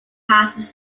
passes